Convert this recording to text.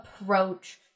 approach